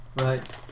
right